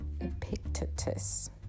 Epictetus